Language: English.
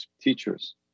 teachers